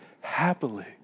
happily